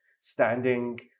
standing